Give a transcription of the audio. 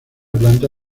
planta